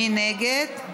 מי נגד?